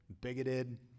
bigoted